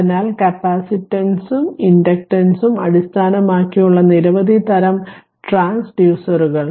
അതിനാൽ കപ്പാസിറ്റൻസും ഇൻഡക്റ്റൻസും അടിസ്ഥാനമാക്കിയുള്ള നിരവധി തരം ട്രാൻസ്ഡ്യൂസറുകൾ